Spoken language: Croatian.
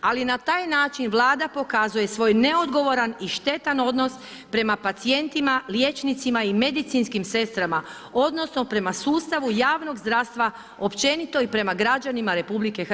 Ali na taj način Vlada pokazuje svoj neodgovoran i štetan odnos prema pacijentima, liječnicima i medicinskim sestrama odnosno prema sustavu javnog zdravstva općenito i prema građanima RH.